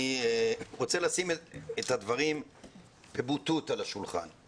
אני רוצה לשים את הדברים על השולחן בבוטות.